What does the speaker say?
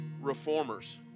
reformers